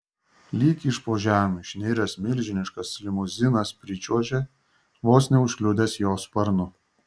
lyg iš po žemių išniręs milžiniškas limuzinas pričiuožė vos neužkliudęs jo sparnu